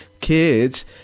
kids